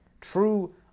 true